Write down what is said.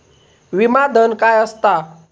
विमा धन काय असता?